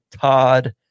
Todd